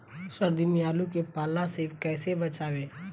सर्दी में आलू के पाला से कैसे बचावें?